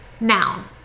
Now